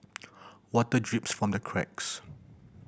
water drips from the cracks